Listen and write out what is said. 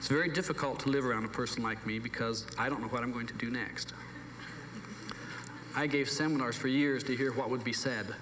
it's very difficult to live around a person like me because i don't know what i'm going to do next i gave seminars for years to hear what would be sa